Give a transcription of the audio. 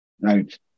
right